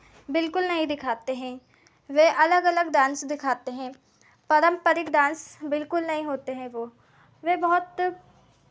बिल्कुल नहीं दिखाते हैं वह अलग अलग डांस दिखाते हैं पारम्परिक डांस बिल्कुल नहीं होते हैं वो वे बहुत